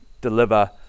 deliver